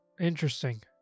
interesting